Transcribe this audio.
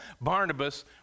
Barnabas